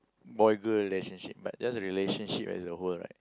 boy girl relationship but just a relationship as a whole right